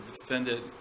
defendant